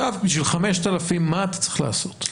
בשביל 5,000 מה אתה צריך לעשות?